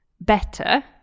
better